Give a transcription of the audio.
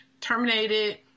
terminated